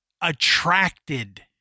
attracted